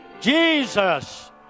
Jesus